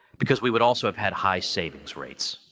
because we would also have had high savings rates.